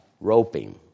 roping